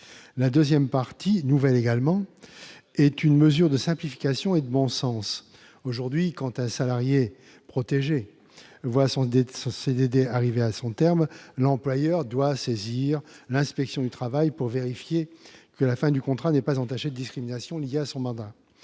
La deuxième partie, nouvelle également, est une mesure de simplification et de bon sens. Aujourd'hui, quand un salarié protégé voit son CDD arrivé à son terme, l'employeur doit saisir l'inspection du travail pour vérifier que la fin du contrat n'est pas entachée de discrimination liée au mandat